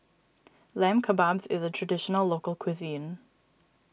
Lamb Kebabs is a Traditional Local Cuisine